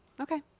okay